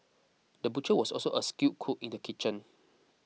the butcher was also a skilled cook in the kitchen